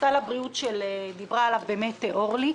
סל הבריאות שדיברה עליו אורלי.